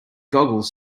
goggles